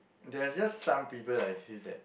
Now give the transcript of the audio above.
there are just some people like I feel that